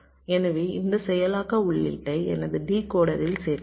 எனவே இந்த செயலாக்க உள்ளீட்டை எனது டிகோடரில் சேர்க்கிறேன்